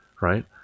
right